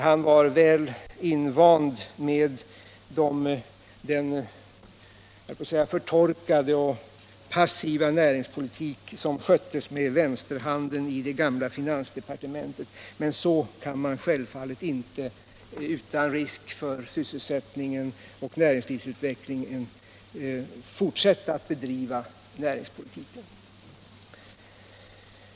Han var väl invand med den, höll jag på att säga, förtorkade och passiva näringspolitik som sköttes med vänsterhanden i det gamla finansdepartementet. Men så kan man självfallet inte fortsätta att bedriva näringspolitik utan risker för sysselsättningsoch näringslivsutvecklingen.